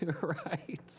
Right